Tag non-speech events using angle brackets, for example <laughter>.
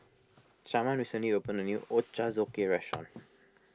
Sharman recently opened a new Ochazuke restaurant <noise>